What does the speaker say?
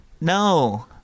No